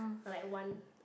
or like one